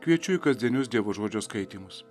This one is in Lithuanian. kviečiu į kasdienius dievo žodžio skaitymus